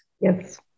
Yes